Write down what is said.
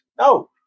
No